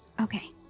Okay